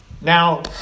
Now